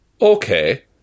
Okay